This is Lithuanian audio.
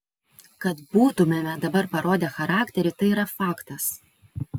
kad būtumėme dabar parodę charakterį tai yra faktas